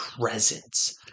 presence